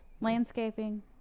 Landscaping